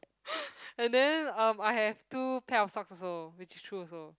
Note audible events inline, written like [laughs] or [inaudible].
[laughs] and then um I have two pair of socks also which is true also